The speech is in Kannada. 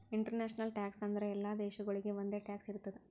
ಇಂಟರ್ನ್ಯಾಷನಲ್ ಟ್ಯಾಕ್ಸ್ ಅಂದುರ್ ಎಲ್ಲಾ ದೇಶಾಗೊಳಿಗ್ ಒಂದೆ ಟ್ಯಾಕ್ಸ್ ಇರ್ತುದ್